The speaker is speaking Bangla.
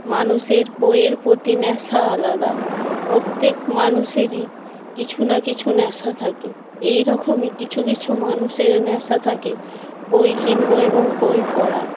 মানুষের বইয়ের প্রতি নেশা আলাদা প্রত্যেক মানুষেরই কিছু না কিছু ন্যাশা থাকে এই রকমই কিছু কিছু মানুষের ন্যাশা থাকে বই কিনবো এবং বই পড়া